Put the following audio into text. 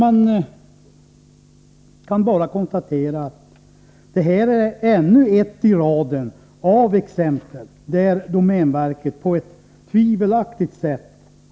Man kan konstatera att detta är ännu ett i raden av exempel på att domänverket har utmärkt sig på ett tvivelaktigt sätt.